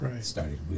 started